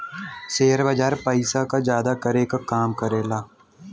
share बाजार पइसा क जादा करे क काम करेला